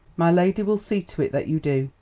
my lady will see to it that you do,